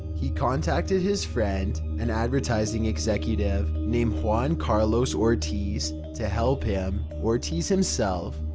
he contacted his friend, an advertising executive named juan carlos ortiz, to help him. ortiz, himself,